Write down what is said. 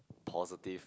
positive